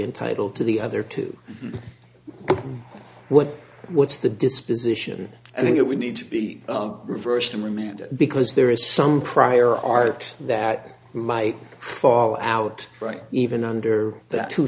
entitled to the other two what what's the disposition i think we need to be reversed and remanded because there is some prior art that my fall out right even under that two